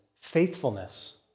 faithfulness